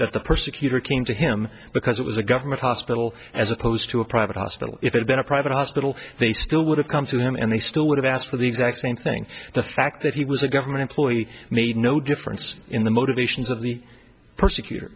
that the persecutor came to him because it was a government hospital as opposed to a private hospital if it had a private hospital they still would have come to them and they still would have asked for the exact same thing the fact that he was a government employee made no difference in the motivations of the prosecutor